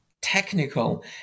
technical